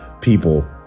people